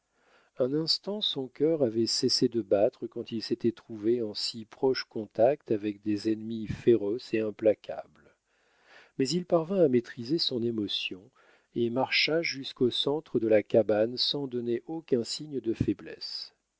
un instant son cœur avait cessé de battre quand il s'était trouvé en si proche contact avec des ennemis féroces et implacables mais il parvint à maîtriser son émotion et marcha jusqu'au centre de la cabane sans donner aucun signe de faiblesse